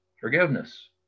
forgiveness